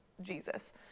Jesus